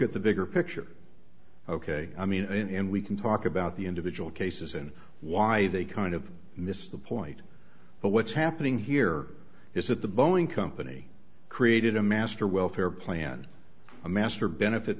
at the bigger picture ok i mean in we can talk about the individual cases and why they kind of miss the point but what's happening here is that the boeing company created a master welfare plan a master benefit